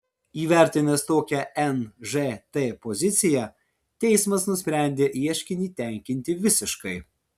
įvertinęs tokią nžt poziciją teismas nusprendė ieškinį tenkinti visiškai